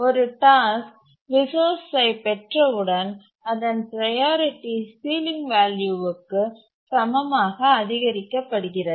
ஒரு டாஸ்க் ரிசோர்ஸ்ஐ பெற்றவுடன் அதன் ப்ரையாரிட்டி சீலிங் வேல்யூக்கு சமமாக அதிகரிக்கப்படுகிறது